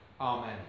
Amen